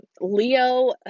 Leo